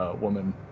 woman